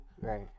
Right